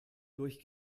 durch